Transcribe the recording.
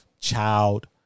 child